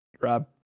Rob